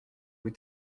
vous